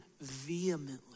vehemently